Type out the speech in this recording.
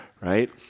right